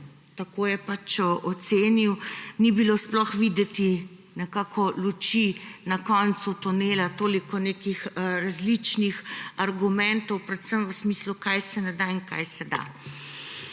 tako je pač ocenil – sploh ni bilo videti luči na koncu tunela, toliko nekih različnih argumentov predvsem v smislu, česa se ne da in kaj se da.